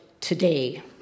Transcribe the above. today